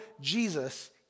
Jesus